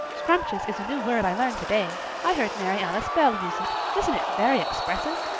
scrumptious is a new word i learned today. i heard mary alice bell use it. isn't it very expressive?